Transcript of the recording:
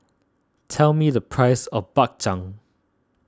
tell me the price of Bak Chang